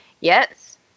Yes